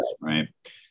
right